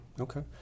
Okay